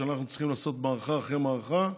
אנחנו צריכים לעשות מערכה אחרי מערכה,